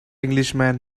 englishman